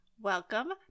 Welcome